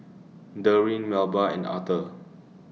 Derwin Melba and Authur